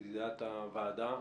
ידידת הוועדה.